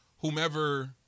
whomever